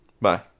Bye